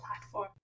platform